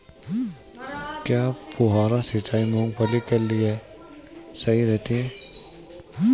क्या फुहारा सिंचाई मूंगफली के लिए सही रहती है?